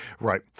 Right